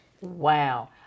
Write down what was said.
Wow